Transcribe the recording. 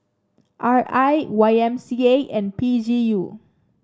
R I Y M C A and P G U